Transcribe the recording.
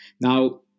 Now